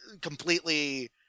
completely